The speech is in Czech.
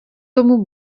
tomu